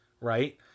right